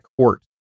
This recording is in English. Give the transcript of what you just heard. court